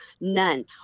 None